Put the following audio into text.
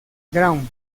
ground